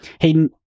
hayden